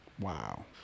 wow